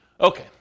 Okay